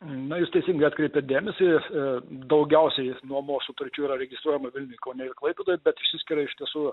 na jūs teisingai atkreipėt dėmesį daugiausiai nuomos sutarčių yra registruojama vilniuj kaune klaipėdoj bet išsiskiria iš tiesų